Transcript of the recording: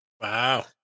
Wow